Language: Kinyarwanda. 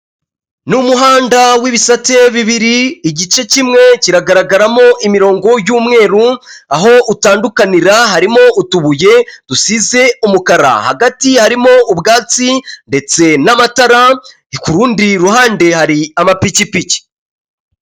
Ni umuhanda w'ibisate bibiri igice kimwe kiragaragaramo imirongo y'umweru, aho utandukanira harimo utubuye dusize umukara, hagati harimo ubwatsi ndetse n'amatara ku rundi ruhande hari amapikipiki.